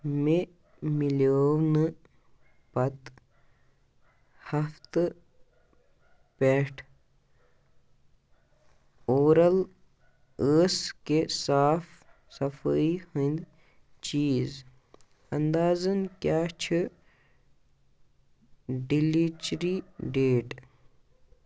مےٚ مِلیو نہٕ پَتہٕ ہفتہٕ پٮ۪ٹھ اوٚوَر آل ٲس کہِ صاف صفٲیی ہٕنٛدۍ چیٖز انٛدازَن کیٛاہ چھِ ڈیٚلِچری ڈیٹ